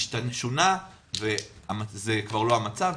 זה כבר לא המצב.